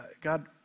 God